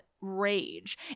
rage